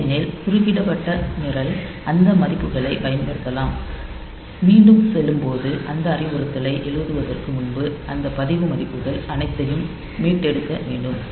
ஏனெனில் குறுக்கிடப்பட்ட நிரல் அந்த மதிப்புகளைப் பயன்படுத்தலாம் மீண்டும் செல்லும்போது அந்த அறிவுறுத்தலை எழுதுவதற்கு முன்பு அந்த பதிவு மதிப்புகள் அனைத்தையும் மீட்டெடுக்க வேண்டும்